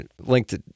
linked